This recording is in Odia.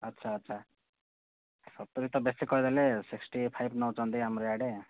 ଆଚ୍ଛା ଆଚ୍ଛା ସତୁରି ତ ବେଶି କହିଦେଲେ ସିକ୍ସଟି ଫାଇଭ୍ ନେଉଛନ୍ତି ଆମର ଇଆଡ଼େ